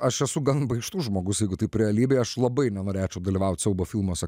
aš esu gan baikštus žmogus jeigu taip realybėj aš labai nenorėčiau dalyvaut siaubo filmuose